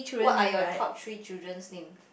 what are your top three children's name